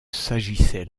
s’agissait